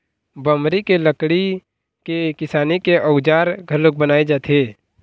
बमरी के लकड़ी के किसानी के अउजार घलोक बनाए जाथे